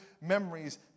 memories